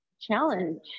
challenge